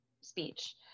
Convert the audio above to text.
speech